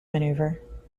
maneuver